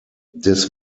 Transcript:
des